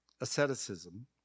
asceticism